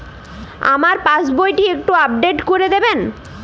আমার পাসবই টি একটু আপডেট করে দেবেন?